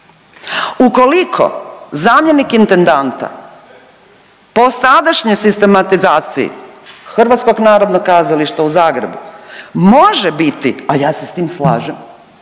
Ukoliko zamjenik intendanta po sadašnjoj sistematizaciji HNK-a u Zagrebu može biti, a ja se s time slažem,